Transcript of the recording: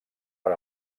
per